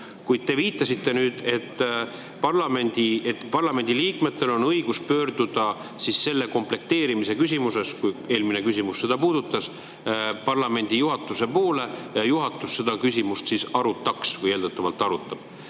Kuid te viitasite sellele, et parlamendi liikmetel on õigus pöörduda selle komplekteerimise küsimuses – eelmine küsimus seda puudutas – parlamendi juhatuse poole ja juhatus seda küsimust siis eeldatavalt arutaks.